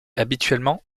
habituellement